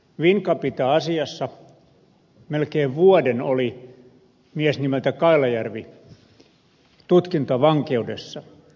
wincapita asiassa melkein vuoden oli mies nimeltä kailajärvi tutkintavankeudessa